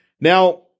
Now